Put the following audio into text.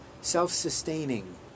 self-sustaining